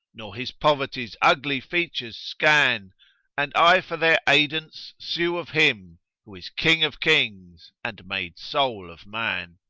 nor his poverty's ugly features scan and i for their aidance sue of him who is king of kings and made soul of man.